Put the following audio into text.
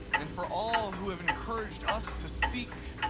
and for all who have encouraged us to seek,